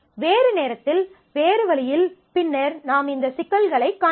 வேறு நேரத்தில் வேறு வழியில் பின்னர் நாம் இந்த சிக்கல்களைக் காண்போம்